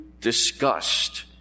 disgust